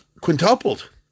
quintupled